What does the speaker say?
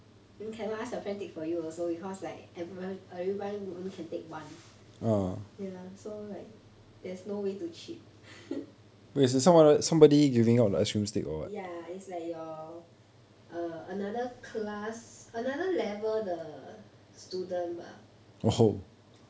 you cannot ask your friend take for you also because like everyone can only take one ya so like there's no way to cheat ya it's like your err another class another level the student bah